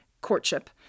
courtship